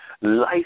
Life